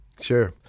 Sure